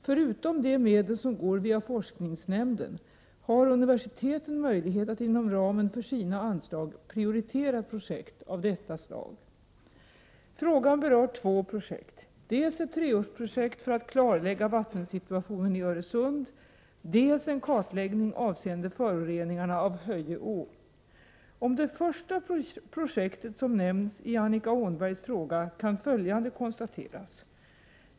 Förutom de medel som går via forskningsnämnden har universiteten möjlighet att inom ramen för sina anslag prioritera projekt av detta slag. Frågan berör två projekt: dels ett treårsprojekt för att klarlägga vattensituationen i Öresund, dels en kartläggning avseende föroreningarna av Höje å. Om det första projektet som nämns i Annika Åhnbergs fråga kan följande konstateras.